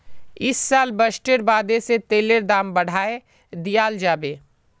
इस साल बजटेर बादे से तेलेर दाम बढ़ाय दियाल जाबे